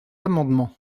amendement